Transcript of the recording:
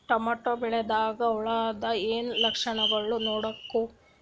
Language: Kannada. ಟೊಮೇಟೊ ಬೆಳಿದಾಗ್ ಹುಳದ ಏನ್ ಲಕ್ಷಣಗಳು ನೋಡ್ಬೇಕು?